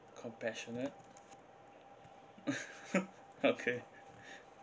compassionate okay